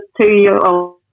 two-year-old